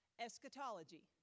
eschatology